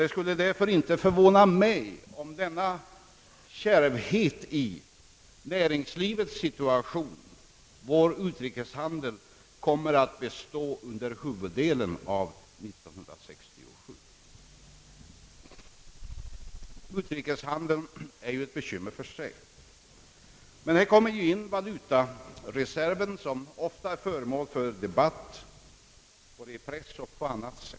Det skulle därför inte förvåna mig om denna kärvhet i näringslivets situation och särskilt vår utrikeshandel kommer att bestå under huvuddelen av år 1967. Utrikeshandeln är ett bekymmer för sig, men där kommer ju in valutareserven, som ofta är föremål för debatt, både i pressen och på annat håll.